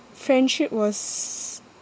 friendship was